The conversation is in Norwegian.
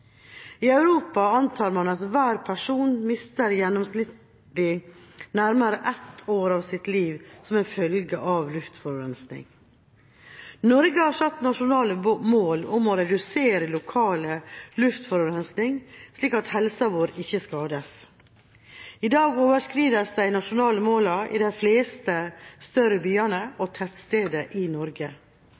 I Europa antar man at hver person mister gjennomsnittlig nærmere ett år av sitt liv som en følge av luftforurensning. Norge har satt nasjonale mål om å redusere lokal luftforurensning, slik at helsa vår ikke skades. I dag overskrides de nasjonale målene i de fleste større byene og tettstedene i Norge. I Norge